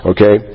Okay